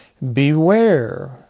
Beware